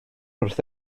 wrth